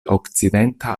okcidenta